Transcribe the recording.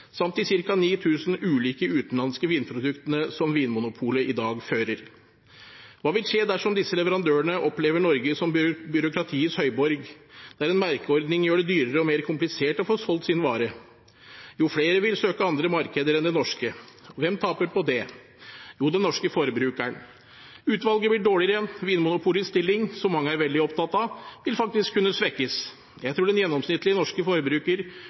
samt de ca. 9 000 ulike utenlandske vinproduktene som Vinmonopolet i dag fører. Hva vil skje dersom disse leverandørene opplever Norge som byråkratiets høyborg, der en merkeordning gjør det dyrere og mer komplisert å få solgt sin vare? Jo, flere vil søke andre markeder enn det norske. Og hvem taper på det? Jo, den norske forbrukeren. Utvalget blir dårligere. Vinmonopolets stilling, som mange er veldig opptatt av, vil faktisk kunne svekkes. Jeg tror den gjennomsnittlige norske forbruker